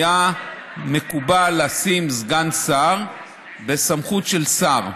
היה מקובל לשים סגן שר בסמכות של שר.